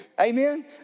Amen